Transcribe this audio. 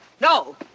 No